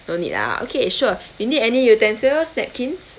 no need ah okay sure you need any utensils napkins